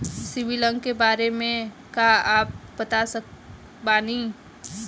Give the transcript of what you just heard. CIBIL अंक के बारे मे का आप बता सकत बानी?